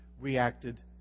reacted